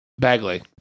Bagley